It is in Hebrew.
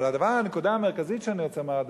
אבל הנקודה המרכזית שאני רוצה לומר,